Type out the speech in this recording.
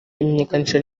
imenyekanisha